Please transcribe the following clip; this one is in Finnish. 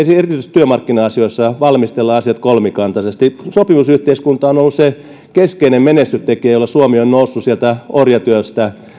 työmarkkina asioissa asiat valmistellaan kolmikantaisesti sopimusyhteiskunta on ollut se keskeinen menestystekijä jolla suomi on noussut sieltä orjatyöstä tuhatyhdeksänsataa luvun alusta